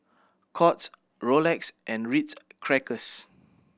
Courts Rolex and Ritz Crackers